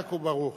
חזק וברור.